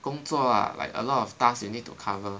工作 ah like a lot of task you need to cover